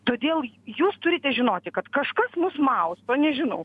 todėl jūs turite žinoti kad kažkas mus mausto nežinau